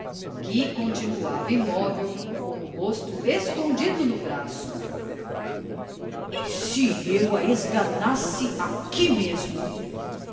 que continuava imóvel com o rosto escondido no braço e se eu a esganasse aqui mesmo